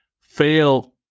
Fail